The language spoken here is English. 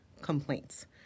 complaints